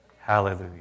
hallelujah